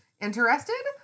Interested